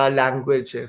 language